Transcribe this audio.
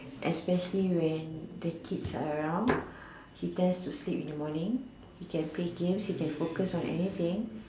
especially when the kids are around he tend to sleep in the morning he can play games he can focus on anything